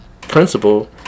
principle